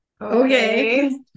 Okay